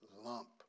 lump